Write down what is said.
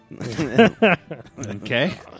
Okay